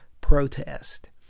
protest